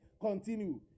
Continue